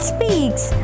Speaks